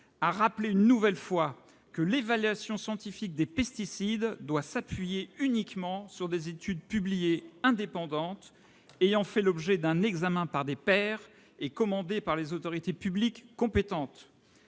a rappelé une nouvelle fois que « l'évaluation scientifique des pesticides [doit s'appuyer] uniquement sur des études publiées indépendantes, ayant fait l'objet d'un examen par des pairs et commandées par les autorités publiques compétentes